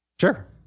Sure